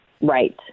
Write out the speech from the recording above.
Right